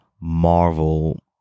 Marvel